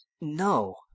No